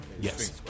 Yes